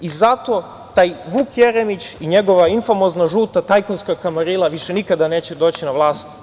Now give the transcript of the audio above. I zato taj Vuk Jeremić i njegova infamozna žuta tajkunska kamarila više nikada neće doći na vlast.